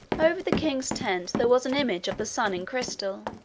over the king's tent there was an image of the sun in crystal,